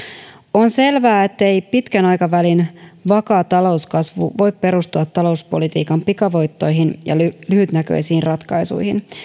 on selvää ettei pitkän aikavälin vakaa talouskasvu voi perustua talouspolitiikan pikavoittoihin ja lyhytnäköisiin ratkaisuihin